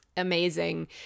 Amazing